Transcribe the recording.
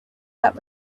that